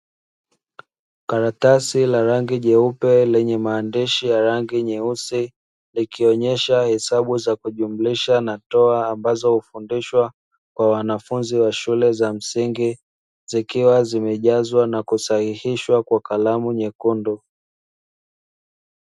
Karatasi la rangi nyeupe lenye maandishi ya rangi nyeusi likionesha hesabu za kujumlisha na kutoa ambazo hufundishwa kwa wanafunzi wa shule za msingi, zikiwa zimejazwa na kusahihishwa kwa kalamu nyekundu.